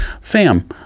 Fam